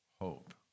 hope